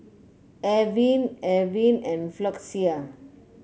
Avene Avene and Floxia